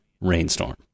rainstorm